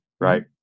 right